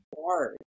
hard